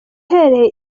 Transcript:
uhereye